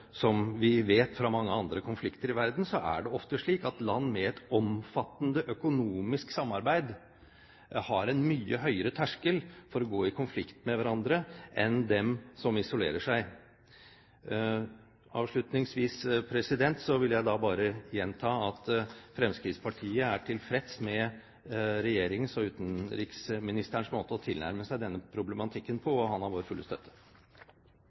som vi vet fra mange andre konflikter i verden – at det ofte er slik at land med et omfattende økonomisk samarbeid har en mye høyere terskel for å gå i konflikt med hverandre enn dem som isolerer seg. Avslutningsvis vil jeg bare gjenta at Fremskrittspartiet er tilfreds med regjeringens og utenriksministerens måte å tilnærme seg denne problematikken på, og han har vår fulle støtte.